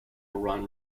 run